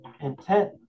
intent